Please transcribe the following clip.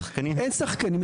אין שחקנים.